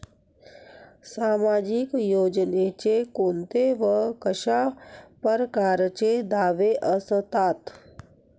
सामाजिक योजनेचे कोंते व कशा परकारचे दावे असतात?